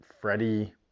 Freddie